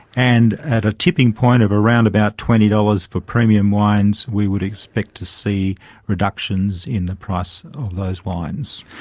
and at a tipping point of around about twenty dollars for premium wines, we would expect to see reductions in the price of those wines.